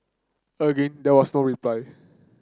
again there was no reply